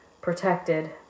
protected